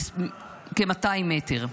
כ-200 מטר.